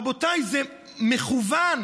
רבותיי, זה מכוון.